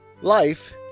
Life